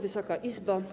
Wysoka Izbo!